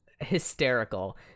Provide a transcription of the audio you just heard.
hysterical